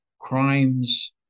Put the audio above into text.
crimes